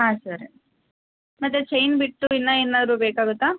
ಹಾಂ ಸರ್ ಮತ್ತು ಚೈನ್ ಬಿಟ್ಟು ಇನ್ನೂ ಏನಾದ್ರು ಬೇಕಾಗುತ್ತಾ